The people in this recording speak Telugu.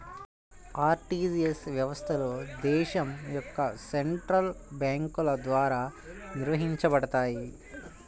ఆర్టీజీయస్ వ్యవస్థలు దేశం యొక్క సెంట్రల్ బ్యేంకుల ద్వారా నిర్వహించబడతయ్